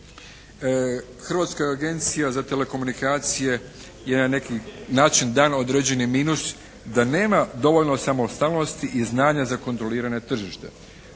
Hrvatska agencija za telekomunikacije je na neki način dala određeni minus da nema dovoljno samostalnosti i znanja za kontroliranje tržištem.